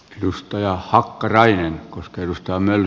edustaja hakkarainen kosketus toimeen